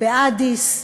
באדיס,